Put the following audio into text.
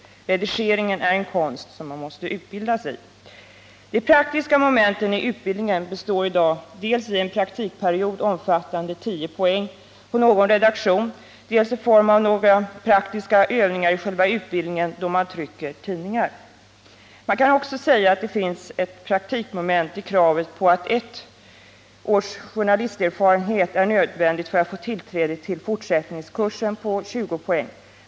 Redigering är en konst som man måste utbildas i. De praktiska momenten i utbildningen består i dag dels av en praktikperiod omfattande 10 poäng på någon redaktion, dels av praktiska övningar inlagda i själva utbildningen, då man framställer och trycker tidningar. Man kan också säga att det finns praktikmoment i kravet på att ett års journalisterfarenhet är nödvändig för att få tillträde till fortsättningskursen på 20 poäng.